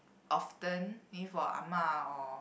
often maybe for ah ma or